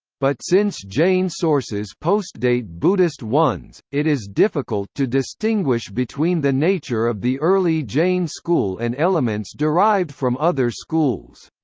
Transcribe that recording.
but since jain sources postdate buddhist ones, it is difficult to distinguish between the nature of the early jain school and elements derived from other schools.